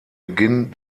beginn